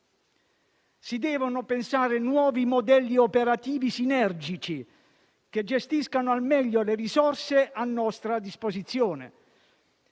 Si devono pensare nuovi modelli operativi sinergici che gestiscano al meglio le risorse a nostra disposizione.